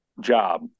job